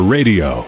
Radio